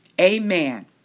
Amen